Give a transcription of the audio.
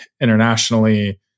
internationally